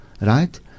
right